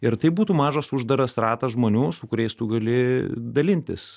ir tai būtų mažas uždaras ratas žmonių su kuriais tu gali dalintis